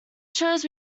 shows